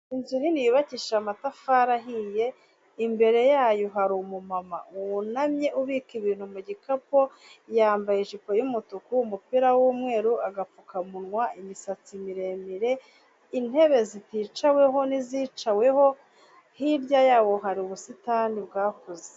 Inzu nini yubakishije amatafari ahiye, imbere yayo hari umumama wunamye ubika ibintu mu gikapu, yambaye ijipo y'umutuku, umupira w'umweru, agapfukamunwa, imisatsi miremire, intebe ziticaweho n'izicaweho, hirya yawo hari ubusitani bwakuze.